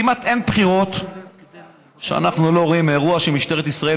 כמעט אין בחירות שבהן אנחנו לא רואים אירוע שמשטרת ישראל